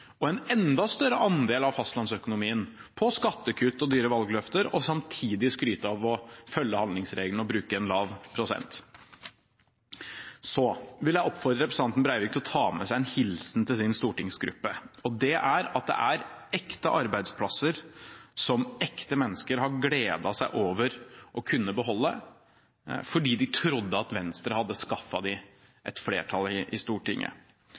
og en enda større andel av fastlandsøkonomien på skattekutt og dyre valgløfter, og samtidig skryte av å følge handlingsregelen og bruke en lav prosent. Jeg vil oppfordre representanten Breivik til å ta med seg en hilsen til sin stortingsgruppe. Det er at det er ekte arbeidsplasser, som ekte mennesker har gledet seg over å kunne beholde, fordi de trodde at Venstre hadde skaffet dem et flertall i Stortinget.